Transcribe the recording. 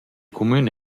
cumün